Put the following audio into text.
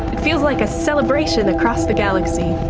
it feels like a celebration across the galaxy.